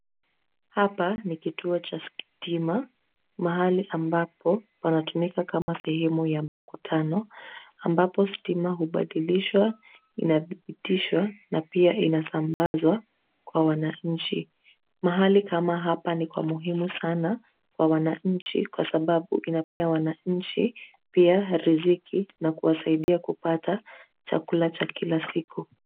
Hapa ni kituo cha stima, mahali ambapo, panatumika kama sehemu ya makutano, ambapo stima hubadilishwa, inathibitishwa, na pia inasambazwa, kwa wananchi. Mahali kama hapa ni kwa muhimu sana, kwa wananchi, kwa sababu inapea wananchi, pia riziki, na kuwasaidia kupata, chakula cha kila siku.